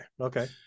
okay